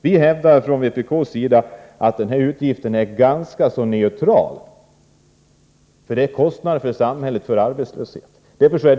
Vi hävdar från vpk:s sida att denna utgift är ganska neutral, för det är kostnader för samhället på grund av arbetslöshet.